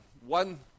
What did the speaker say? One